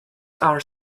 are